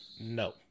No